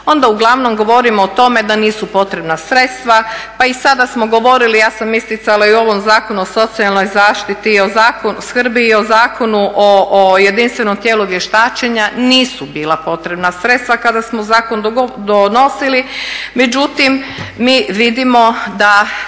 onda uglavnom govorimo o tome da nisu potrebna sredstava. Pa i sada smo govorili, ja sam isticala i u ovom Zakonu o socijalnoj zaštiti, skrbi i o Zakonu o jedinstvenom tijelu vještačenja nisu bila potrebna sredstava kada smo zakon donosili. Međutim, mi vidimo da